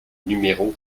numéro